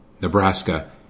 Nebraska